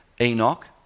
Enoch